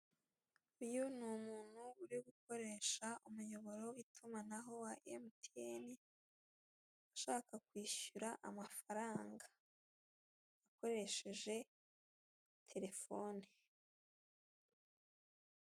Uyu ni umuntu uri gukoresha umuyoboro w'itumanaho wa emutiyeni, ushaka kwishyura amafaranga, akoresheje telefone.